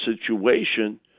situation